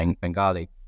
Bengali